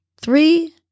three